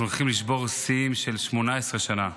אנחנו הולכים לשבור שיאים של 18 שנה.